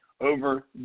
over